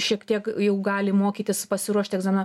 šiek tiek jau gali mokytis pasiruošti egzaminam